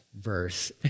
verse